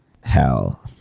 Hell